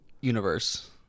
universe